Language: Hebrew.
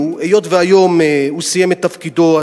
היות שהיום הוא סיים את תפקידו,